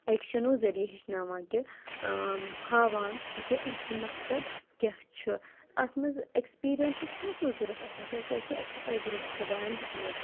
اٮ۪کشَنو ذٔریعہِ ہیٚچھناوان کہِ ہاوان زِ أمۍ سُنٛد مقصَد کیٛاہ چھُ اَتھ منٛز اٮ۪کسپیٖرِیَنسٕچ چھَنہٕ اَتھ منٛز ضوٚرَتھ آسان کیٚنٛہہ کیٛازکہِ اَسہِ چھُ تَجرُبہٕ خۄدایَن دیُتمُت